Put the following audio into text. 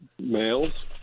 males